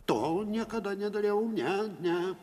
to niekada nedariau ne ne